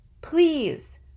Please